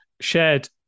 Shared